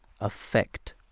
effect